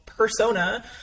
persona